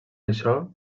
això